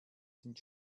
sind